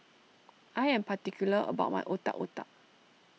I am particular about my Otak Otak